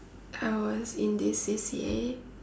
I was in this C_C_A